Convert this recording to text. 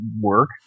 work